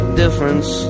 difference